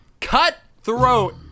cutthroat